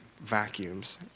vacuums